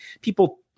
people